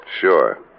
Sure